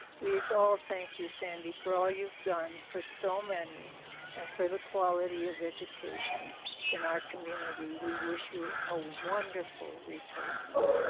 we all thank you, sandy, for all you've done for so many and for the quality of education in our community. we wish you a wonderful retirement.